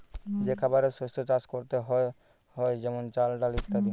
যে খাবারের শস্য চাষ করতে হয়ে যেমন চাল, ডাল ইত্যাদি